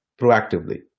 proactively